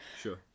Sure